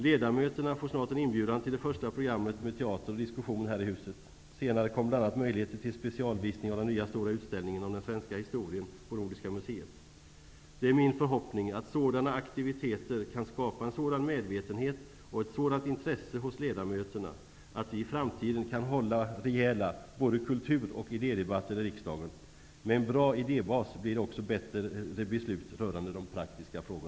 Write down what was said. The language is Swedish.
Ledamöterna får snart en inbjudan till det första programmet med teater och diskussion här i huset. Senare kommer bl.a. möjligheter till specialvisning av den nya stora utställningen om ''Den svenska historien'' på Nordiska museet. Det är min förhoppning att sådana aktiviteter kan skapa en sådan medvetenhet och ett sådant intresse hos ledamöterna att vi i framtiden kan hålla rejäla både kultur och idédebatter i riksdagen. Med en bra idébas blir det också bättre beslut rörande praktiska frågor.